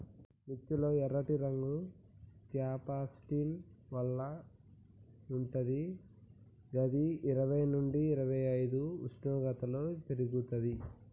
మిర్చి లో ఎర్రటి రంగు క్యాంప్సాంటిన్ వల్ల వుంటది గిది ఇరవై నుండి ఇరవైఐదు ఉష్ణోగ్రతలో పెర్గుతది